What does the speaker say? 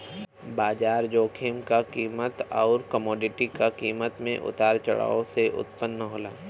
बाजार जोखिम स्टॉक क कीमत आउर कमोडिटी क कीमत में उतार चढ़ाव से उत्पन्न होला